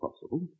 possible